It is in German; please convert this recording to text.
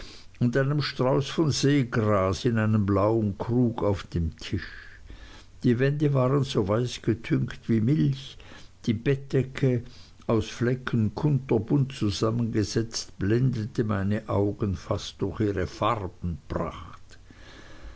und einem strauß von seegras in einem blauen krug auf dem tisch die wände waren so weiß getüncht wie milch die bettdecke aus flecken kunterbunt zusammengesetzt blendete meine augen fast durch ihre farbenpracht